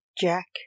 Jack